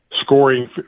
scoring